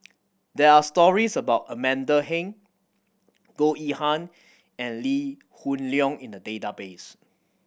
there are stories about Amanda Heng Goh Yihan and Lee Hoon Leong in the database